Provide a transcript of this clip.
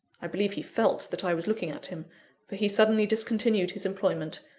i believe he felt that i was looking at him for he suddenly discontinued his employment,